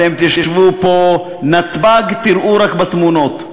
אתם תשבו פה, את נתב"ג תראו רק בתמונות.